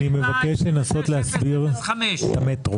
מדובר